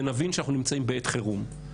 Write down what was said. ונבין שאנחנו נמצאים בעת חירום.